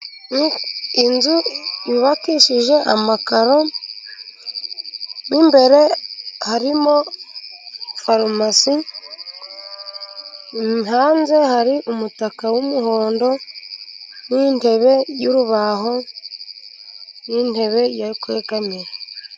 Inzu yubakishije amakaro, mo imbere harimo farumasi, hanze hari umutaka w'umuhondo n'ingtebe, y'urubaho, n'intebe yo kwegamira.